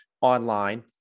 online